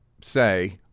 say